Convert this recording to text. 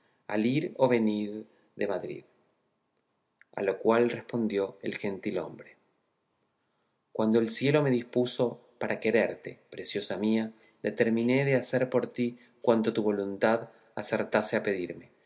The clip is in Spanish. al ir o venir de madrid a lo cual respondió el gentilhombre cuando el cielo me dispuso para quererte preciosa mía determiné de hacer por ti cuanto tu voluntad acertase a pedirme